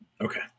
Okay